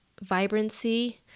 vibrancy